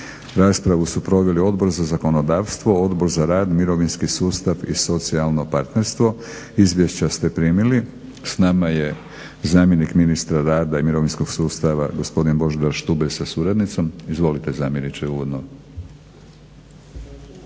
Raspravu su proveli Odbor za zakonodavstvo, Odbor za rad, mirovinski sustav i socijalno partnerstvo. Izvješća ste primili. S nama je zamjenik ministra rada i mirovinskog sustava, gospodin Božidar Štubelj sa suradnicom. Izvolite zamjeniče, uvodno.